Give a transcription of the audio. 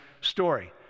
story